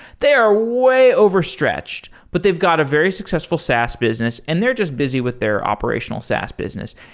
they are way over-stretched, but they've got a very successful saas business and they're just busy with their operational saas business.